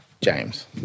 James